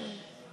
יש.